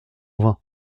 vint